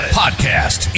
podcast